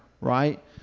right